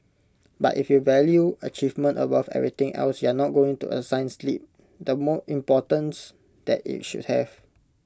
but if you value achievement above everything else you're not going to assign sleep the importance that IT should have